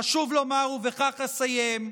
חשוב לומר, ובכך אסיים: